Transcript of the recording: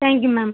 thank you ma'am